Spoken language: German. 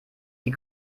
die